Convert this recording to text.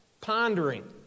pondering